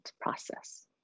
process